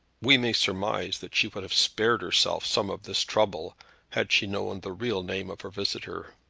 we may surmise that she would have spared herself some of this trouble had she known the real name of her visitor.